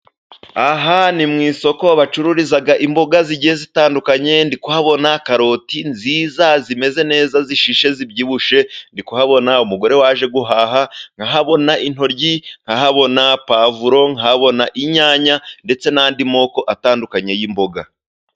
Aha ni mu isoko bacururiza imboga zigiye zitandukanye. Ndi kuhabona karoti nziza zimeze neza zishishe zibyibushye, ndi kuhabona umugore waje guhaha, ndabona intoryi, nkabona pavuro, nkabona inyanya, ndetse n'andi moko atandukanye y'imboga.